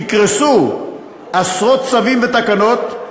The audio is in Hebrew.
יקרסו עשרות צווים ותקנות,